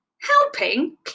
Helping